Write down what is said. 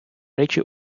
речі